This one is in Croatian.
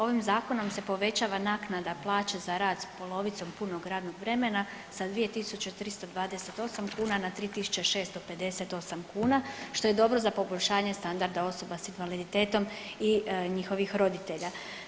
Ovim Zakonom se povećava naknada plaće za rad s polovicom punog radnog vremena za 2328 kuna na 3658 kuna, što je dobro za poboljšanje standarda osoba sa invaliditetom i njihovih roditelja.